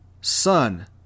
son